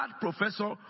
professor